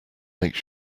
make